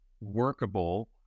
workable